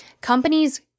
Companies